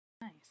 Nice